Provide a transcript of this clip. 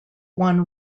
won